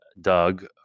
Doug